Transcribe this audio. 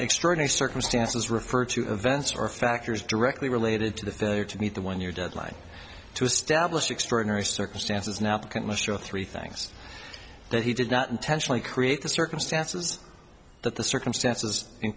extraordinary circumstances refer to events or factors directly related to the failure to meet the one year deadline to establish extraordinary circumstances now can muster three things that he did not intentionally create the circumstances that the circumstances in